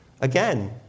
Again